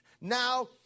Now